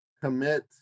commit